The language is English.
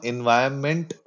Environment